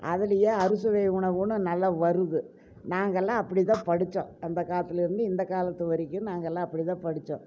அதிலையே அறுசுவை உணவுனு நல்லா வருது நாங்களெலாம் அப்படி தான் படித்தோம் அந்த காலத்துலிருந்து இந்த காலத்து வரைக்கும் நாங்களெலாம் அப்படி தான் படித்தோம்